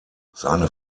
seine